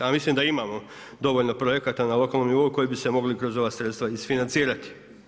A mislim da imamo dovoljno projekata na lokalnom nivou koji bi se mogli kroz ova sredstva isfinancirati.